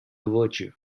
virtue